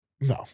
No